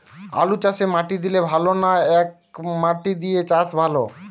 আলুচাষে মাটি দিলে ভালো না একমাটি দিয়ে চাষ ভালো?